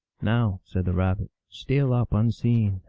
now, said the rabbit, steal up unseen,